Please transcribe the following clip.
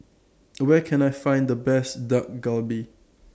Where Can I Find The Best Dak Galbi